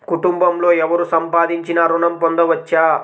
కుటుంబంలో ఎవరు సంపాదించినా ఋణం పొందవచ్చా?